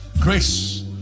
grace